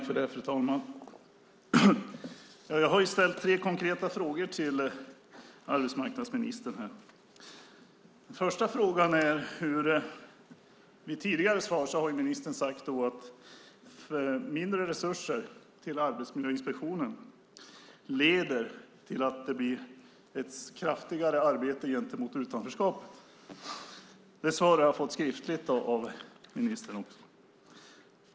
Fru talman! Jag har ställt tre konkreta frågor till arbetsmarknadsministern. Den första frågan har ställts med anledning av att ministern i tidigare svar har sagt att mindre resurser till arbetsmiljöinspektioner leder till att det blir ett kraftigare arbete mot utanförskapet. Det svaret har jag också fått skriftligt av ministern.